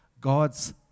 God's